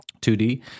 2D